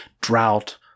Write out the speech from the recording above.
drought